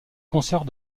concert